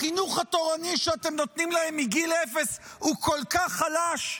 החינוך התורני שאתם נותנים להם מגיל אפס הוא כל כך חלש,